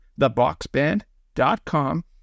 theboxband.com